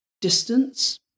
distance